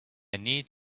need